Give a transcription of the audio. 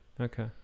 Okay